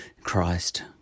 Christ